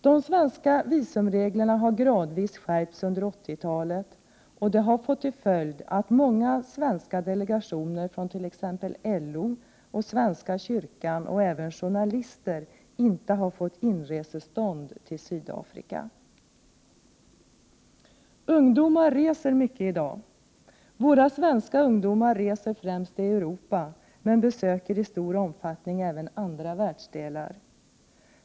De svenska visumreglerna har gradvis skärpts under 1980-talet, och det har fått till följd att många svenska delegationer från t.ex. LO och Svenska kyrkan samt journalister inte har fått inresetillstånd till Sydafrika. Ungdomar reser mycket i dag. Våra svenska ungdomar reser främst i Europa men besöker i stor omfattning även andra världsdelar.